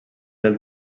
del